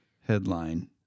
headline